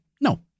no